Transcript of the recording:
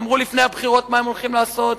אמרו לפני הבחירות מה הם הולכים לעשות,